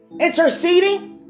interceding